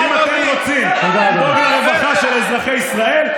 ואם אתם רוצים לדאוג לרווחה של אזרחי ישראל,